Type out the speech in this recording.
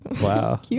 Wow